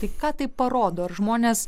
tai ką tai parodo ar žmonės